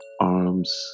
arms